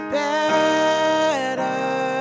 better